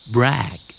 Brag